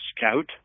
scout